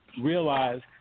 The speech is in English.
realize